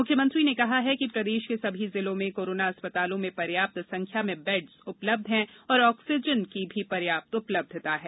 मुख्यमंत्री ने कहा कि प्रदेश के सभी जिलों में कोरोना अस्पतालों में पर्याप्त संख्या में बैड़स उपलब्ध हैं और ऑक्सीजन की भी पर्याप्त उपलब्धता है